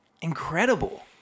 incredible